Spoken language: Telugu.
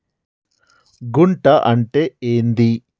గుంట అంటే ఏంది?